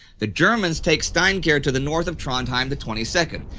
the germans take steinkjer to the north of trondheim the twenty second,